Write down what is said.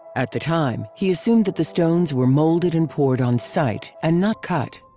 at the time he assumed that the stones were molded and poured on site and not cut.